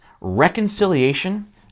reconciliation